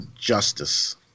justice